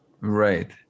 Right